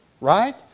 right